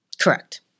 Correct